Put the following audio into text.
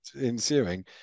ensuing